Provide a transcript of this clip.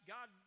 God